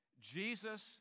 Jesus